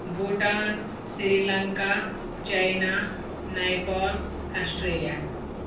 Bhutan Sri Lanka China Nepal Australia